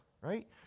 right